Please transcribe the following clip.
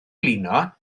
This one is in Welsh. blino